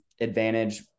advantage